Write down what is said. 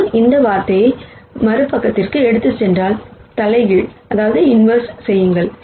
நான் இந்த வார்த்தையை மறுபக்கத்திற்கு எடுத்துச் சென்றால் இன்வெர்ஸ் செய்யுங்கள்